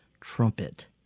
trumpet